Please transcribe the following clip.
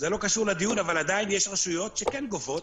זה לא קשור לדיון אבל יש רשויות שכן גובות,